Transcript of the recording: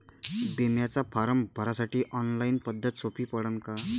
बिम्याचा फारम भरासाठी ऑनलाईन पद्धत सोपी पडन का?